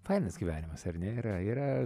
fainas gyvenimas ar ne yra yra